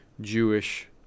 Jewish